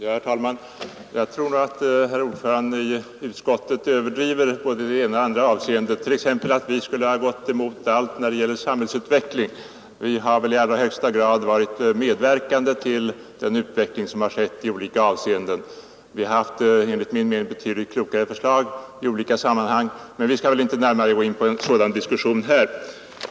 Herr talman! Jag tror nog att herr ordföranden i utskottet överdriver i både det ena och det andra avseendet, t.ex. när han säger att vi skulle ha gått emot allt när det gäller samhällsutveckling. Vi har väl i allra högsta grad varit medverkande till den utveckling som har skett i olika avseenden. Vi har lagt enligt min mening betydligt klokare förslag i olika sammanhang. Men vi skall väl inte närmare gå in på en sådan diskussion här.